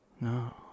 No